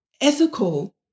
ethical